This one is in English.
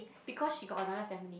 because she got another family